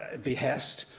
behest,